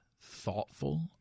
thoughtful